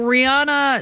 Rihanna